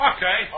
Okay